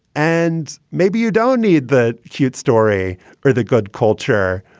and maybe you don't need that cute story or the good culture.